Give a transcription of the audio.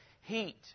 heat